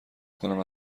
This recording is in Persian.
کنم